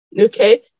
Okay